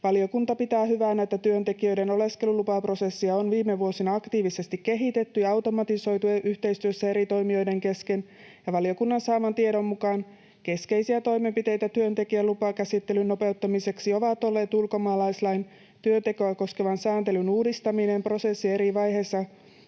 Valiokunta pitää hyvänä, että työntekijöiden oleskelulupaprosessia on viime vuosina aktiivisesti kehitetty ja automatisoitu yhteistyössä eri toimijoiden kesken, ja valiokunnan saaman tiedon mukaan keskeisiä toimenpiteitä työntekijän lupakäsittelyn nopeuttamiseksi ovat olleet ulkomaalaislain työntekoa koskevan sääntelyn uudistaminen, prosessin eri vaiheisiin